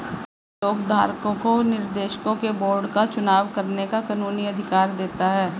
आम स्टॉक धारकों को निर्देशकों के बोर्ड का चुनाव करने का कानूनी अधिकार देता है